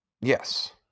Yes